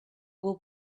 will